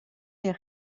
est